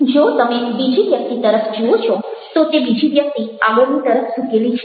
જો તમે બીજી વ્યક્તિ તરફ જુઓ છો તો તે બીજી વ્યક્તિ આગળની તરફ ઝૂકેલી છે